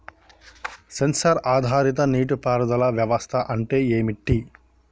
Censor ఆధారిత నీటి పారుదల వ్యవస్థ అంటే ఏమిటి?